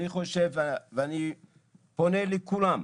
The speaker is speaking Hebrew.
אני פונה לכולם,